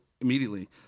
immediately